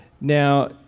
Now